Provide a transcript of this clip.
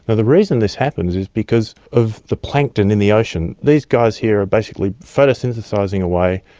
and the reason this happens is because of the plankton in the ocean. these guys here are basically photosynthesising away,